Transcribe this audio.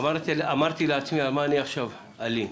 עצמי על מה עכשיו אני אלין?